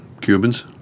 Cubans